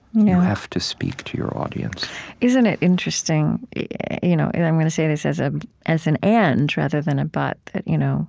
you have to speak to your audience isn't it interesting you know and i'm going to say this as ah as an and rather than a but you know